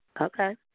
Okay